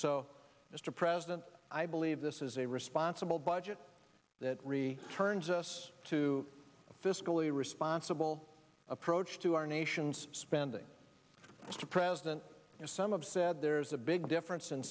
so mr president i believe this is a responsible budget that really turns us to a fiscally responsible approach to our nation's spending mr president some of said there's a big difference